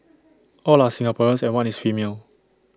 all are Singaporeans and one is female